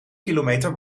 kilometer